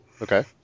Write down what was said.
Okay